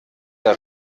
der